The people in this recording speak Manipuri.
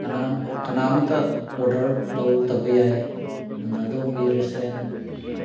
ꯀꯅꯥꯝꯃꯠꯇ ꯑꯣꯔꯗꯔ ꯂꯧꯔꯛꯇꯕ ꯌꯥꯏ ꯑꯗꯨꯅ ꯑꯗꯣꯝꯒꯤ ꯔꯦꯁꯇꯨꯔꯦꯟ